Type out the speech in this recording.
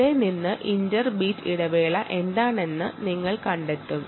അവിടെ നിന്ന് inter beat interval എന്താണെന്ന് കണ്ടു പിടിക്കണം